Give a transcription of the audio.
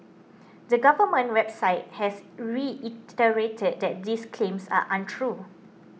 the government website has reiterated that these claims are untrue